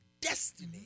destiny